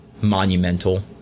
monumental